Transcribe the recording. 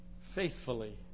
faithfully